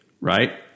Right